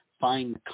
find